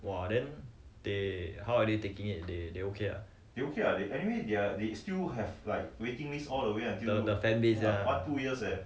!wah! then they how are they taking it they they okay ah the the days ah